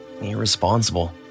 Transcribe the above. irresponsible